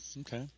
Okay